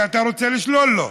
שאתה רוצה לשלול לו.